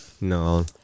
No